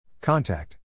Contact